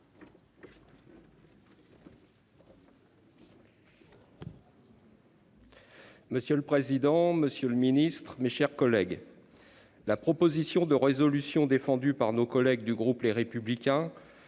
Monsieur le président, monsieur le ministre, mes chers collègues, la proposition de résolution déposée par nos collègues du groupe Les Républicains